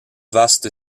vaste